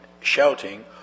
shouting